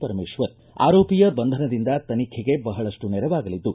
ಪರಮೇಶ್ವರ್ ಆರೋಪಿಯ ಬಂಧನದಿಂದ ತನಿಖೆಗೆ ಬಹಳಷ್ಟು ನೆರವಾಗಲಿದ್ದು